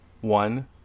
One